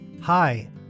Hi